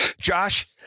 Josh